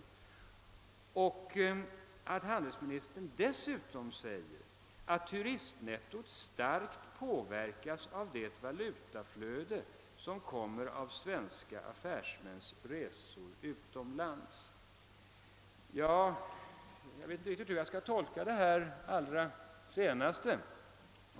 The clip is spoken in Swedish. Dessutom säger handelsministern att turistnettot starkt påverkas av valutautflödet på grund av svenska affärsmäns resor utomlands. Jag vet inte hur jag skall tolka detta.